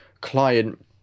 client